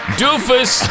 doofus